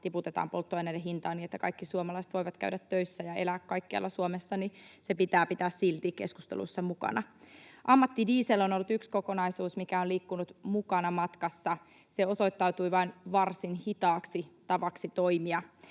tiputetaan polttoaineiden hintaa niin, että kaikki suomalaiset voivat käydä töissä ja elää kaikkialla Suomessa, pitää silti pitää keskusteluissa mukana. Ammattidiesel on ollut yksi kokonaisuus, mikä on liikkunut mukana matkassa. Se osoittautui vain varsin hitaaksi tavaksi toimia.